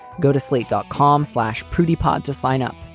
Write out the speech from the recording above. go to slate dot com slash prudy pod to sign up.